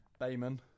bayman